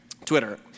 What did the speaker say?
Twitter